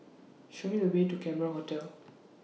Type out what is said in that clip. Show Me The Way to Cameron Hotel